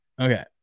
Okay